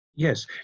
Yes